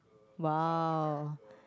bow